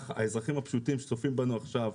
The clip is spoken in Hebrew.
האזרחים הפשוטים שצופים בנו עכשיו,